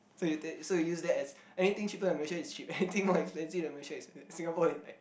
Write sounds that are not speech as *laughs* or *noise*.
so you take so you use that as anything cheaper than Malaysia is cheap *laughs* anything more expensive than Malaysia is Singapore ex